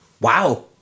Wow